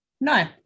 No